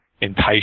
entice